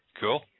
Cool